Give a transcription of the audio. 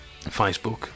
Facebook